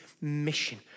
mission